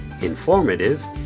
informative